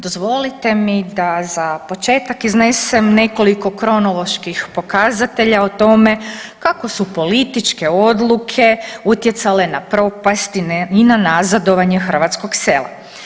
Dozvolite mi da za početak iznesem nekoliko kronoloških pokazatelja o tome kako su političke odluke utjecale na propast i na nazadovanje hrvatskog sela.